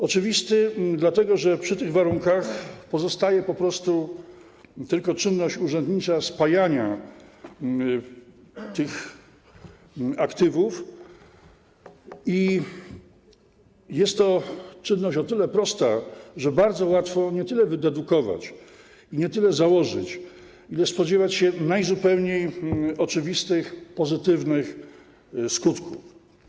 Oczywisty, dlatego że w tych warunkach pozostaje po prostu tylko czynność urzędnicza spajania aktywów i jest to czynność o tyle prosta, że bardzo łatwo nie tyle wydedukować i nie tyle założyć, ile spodziewać się najzupełniej oczywistych, pozytywnych skutków.